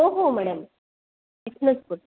हो हो मॅडम इथूनच बोलते